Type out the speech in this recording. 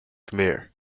khmer